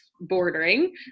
bordering